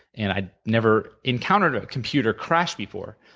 and i never encountered a computer crash before,